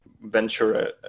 venture